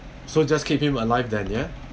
so just keep him alive then ya